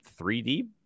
3D